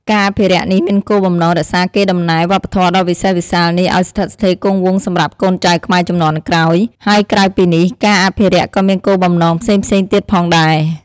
ការអភិរក្សនេះមានគោលបំណងរក្សាកេរដំណែលវប្បធម៌ដ៏វិសេសវិសាលនេះឱ្យស្ថិតស្ថេរគង់វង្សសម្រាប់កូនចៅខ្មែរជំនាន់ក្រោយ ហើយក្រៅពីនេះ ការអភិរក្សក៏មានគោលបំណងផ្សេងៗទៀតផងដែរ។